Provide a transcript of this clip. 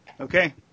Okay